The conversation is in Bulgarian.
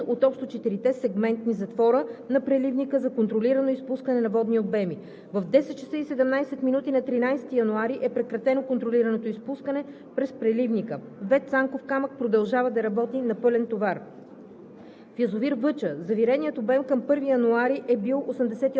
На 12 януари в 10,30 ч. е отворен един от общо четирите сегментни затвора на преливника за контролирано изпускане на водни обеми. В 10,17 ч. на 13 януари е прекратено контролираното изпускане през преливника. ВЕЦ „Цанков камък“ продължава да работи на пълен товар.